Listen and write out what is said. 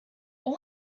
all